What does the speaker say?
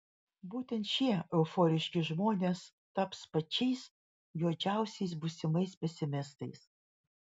būtent šie euforiški žmonės taps pačiais juodžiausiais būsimais pesimistais